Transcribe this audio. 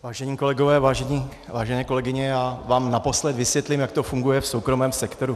Vážení kolegové, vážené kolegyně, já vám naposled vysvětlím, jak to funguje v soukromém sektoru.